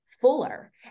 fuller